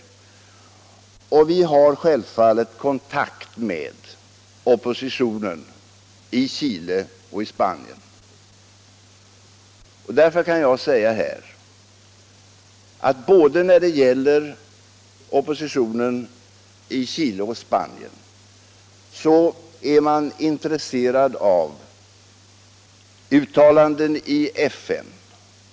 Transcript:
Vi har självfallet kontakt med oppositionen i Chile och i Spanien. Därför kan jag säga att inom oppositionen i både Chile och Spanien är man intresserad av uttalanden i FN.